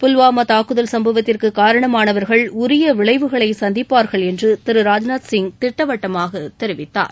புல்வாமா தூக்குதல் சம்பவத்திற்கு காரணமானவர்கள் உரிய விளைவுகளை சந்திப்பார்கள் என்று திரு ராஜ்நாத் சிங் திட்டவட்டமாக தெரிவித்தார்